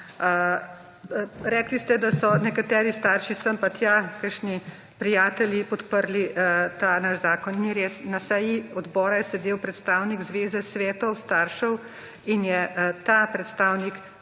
Rekli ste, da so nekateri starši sem pa tja kakšni prijatelji podprli ta naš zakon. Ni res, na seji odbora je sedel predstavnik Zveze Svetov staršev in je ta predstavnik